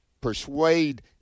persuade